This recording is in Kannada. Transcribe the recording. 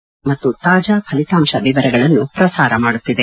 ನಿಖರ ಮತ್ತು ತಾಜ ಫಲಿತಾಂಶ ವಿವರಗಳನ್ನು ಪ್ರಸಾರ ಮಾಡುತ್ತಿದೆ